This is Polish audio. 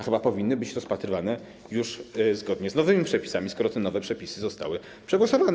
Chyba powinny być rozpatrywane już zgodnie z nowymi przepisami, skoro te nowe przepisy zostały przegłosowane.